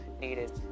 needed